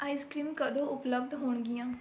ice cream ਕਦੋਂ ਉਪਲੱਬਧ ਹੋਣਗੀਆਂ